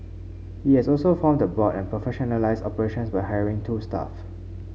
he has also formed the board and professionalised operations by hiring two staff